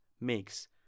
makes